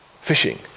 fishing